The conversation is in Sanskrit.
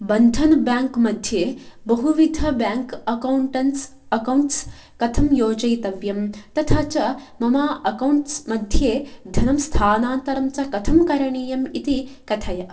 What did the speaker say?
बन्धन् बेङ्क् मध्ये बहुविध बेङ्क् अकौण्टन्स् अक्कौण्ट्स् कथं योजयितव्यं तथा च मम अक्कौण्ट्स् मध्ये धनं स्थानान्तरं च कथं करणीयम् इति कथय